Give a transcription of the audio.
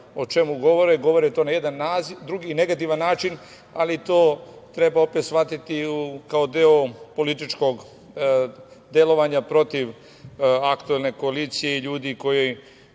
o čemu govore i to govore na jedan drugi, negativan način, ali to treba opet shvatiti kao deo političkog delovanja protiv aktuelne koalicije i ljudi koji